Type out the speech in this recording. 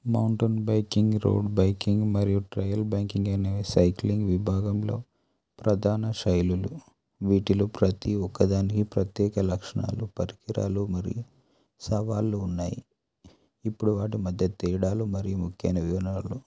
mountain biking road biking మరియు trail biking అనేవి cycling విభాగంలో ప్రధాన శైలులు వీటిలో ప్రతి ఒక్కదానికి ప్రత్యేక లక్షణాలు పరికరాలు మరియు సవాళ్లుు ఉన్నాయి ఇప్పుడు వాటి మధ్య తేడాలు మరియు ముఖ్యమైన వివరాయలు